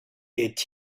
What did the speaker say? est